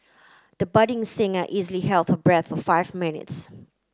the budding singer easily held her breath for five minutes